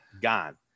Gone